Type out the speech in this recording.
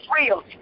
real